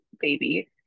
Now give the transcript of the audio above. baby